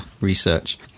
research